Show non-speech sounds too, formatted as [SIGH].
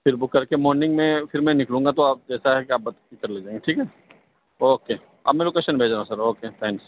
پھر بک کر کے مارننگ میں پھر میں نکلوں گا تو آپ جیسا رہے گا آپ بتا [UNINTELLIGIBLE] ٹھیک ہے اوکے اپنا لوکیشن بھیج رہا ہوں سر اوکے تھینکس